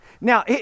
Now